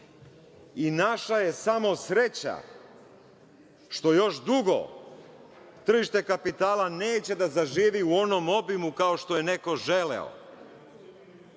je samo sreća što još dugo tržište kapitala neće da zaživi u onom obimu kao što je neko želeo.